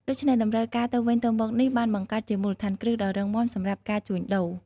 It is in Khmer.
ដូច្នេះ តម្រូវការទៅវិញទៅមកនេះបានបង្កើតជាមូលដ្ឋានគ្រឹះដ៏រឹងមាំសម្រាប់ការជួញដូរ។